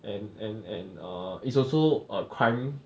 and and and err it's also a crime